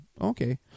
Okay